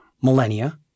millennia